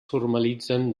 formalitzen